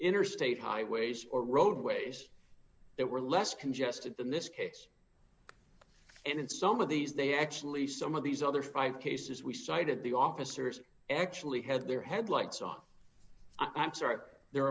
interstate highways or roadways that were less congested than this case and in some of these they actually some of these other five cases we cited the officers actually had their headlights off i'm sorry